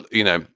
you know,